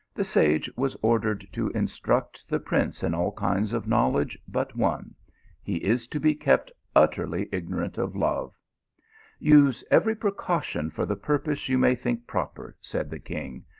the sage was ordered to instruct the prince in all kinds of knowledge but one he is to be kept utterly ignorant of love use every precaution for the purpose you may think proper, said the king,